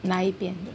哪一边